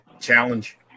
Challenge